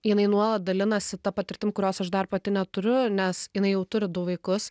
jinai nuolat dalinasi ta patirtim kurios aš dar pati neturiu nes jinai jau turi du vaikus